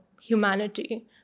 humanity